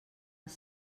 els